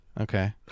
Okay